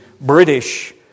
British